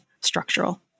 structural